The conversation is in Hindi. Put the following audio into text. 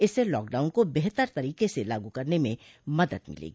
इससे लॉकडाउन को बेहतर तरीके से लागू करने में मदद मिलेगी